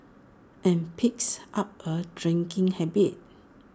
and picks up A drinking habit